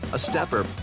a stepper,